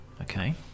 Okay